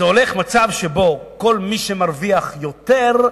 המצב הוא שבו כל מי שמרוויח יותר,